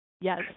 Yes